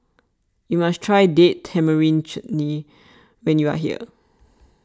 you must try Date Tamarind Chutney when you are here